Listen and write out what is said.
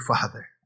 Father